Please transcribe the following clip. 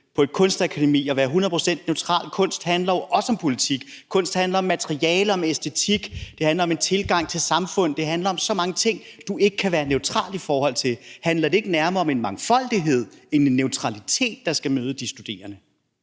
på et kunstakademi og være hundrede procent neutral? Kunst handler jo også om politik; kunst handler om materialer og om æstetik; det handler om en tilgang til samfund; det handler om så mange ting, du ikke kan være neutral i forhold til. Handler det ikke nærmere om, at det er en mangfoldighed og ikke en neutralitet, der skal møde de studerende?